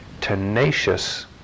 tenacious